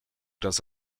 das